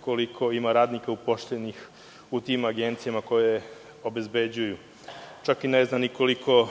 koliko ima radnika uposlenih u tim agencijama koje obezbeđuju. Čak ne znam ni koliko